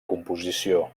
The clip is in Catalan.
composició